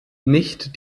nicht